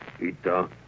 Ita